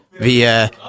via